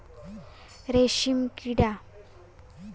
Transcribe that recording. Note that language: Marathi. रेशीमकिडा